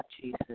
Jesus